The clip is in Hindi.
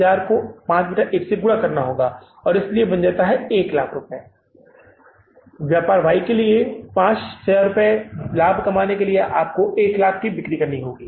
20000 को 51 से गुणा किया जाता है इसलिए यह 100000 रुपये है यह 100000 रुपये है व्यापार वाई से 5000 रुपये का लाभ कमाने के लिए आपको 100000 रुपये की बिक्री करनी होगी